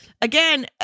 again